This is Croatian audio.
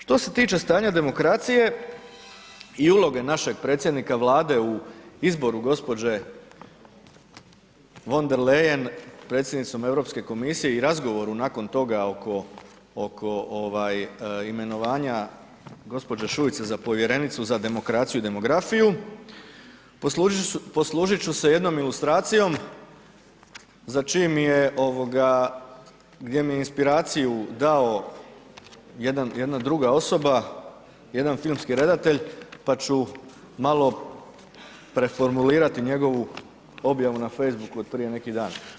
Što se tiče stanja demokracije i uloge našeg predsjednika Vlade u izboru gđe. von der Leyen predsjednicom Europske komisije i razgovoru nakon toga oko imenovanja gđe. Šuice za povjerenicu za demokraciju i demografiju poslužit ću se jednom ilustracijom gdje mi je inspiraciju dao jedna druga osoba, jedan filmski redatelj, pa ću malo preformulirati njegovu objavu na facebooku od prije neki dan.